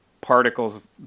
particles